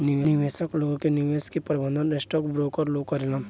निवेशक लोग के निवेश के प्रबंधन स्टॉक ब्रोकर लोग करेलेन